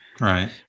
Right